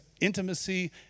intimacy